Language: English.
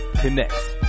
Connects